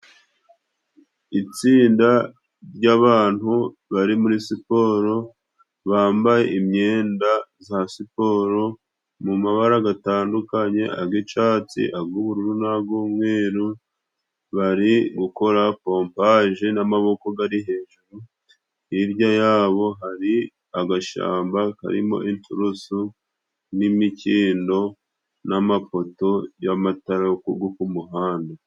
Itsinda ry'abantu bari muri siporo bambaye imyenda za siporo mu mabara gatandukanye, ag'icatsi, ag'ubururu n'ag'umweru, bari gukora pompaje n'amaboko gari hejuru, hirya yabo hari agashyamba karimo inturusu n'imikindo n'amapoto y'amatara go ku muhanda.